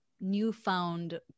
newfound